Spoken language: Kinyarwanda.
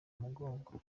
mugongo